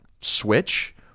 switch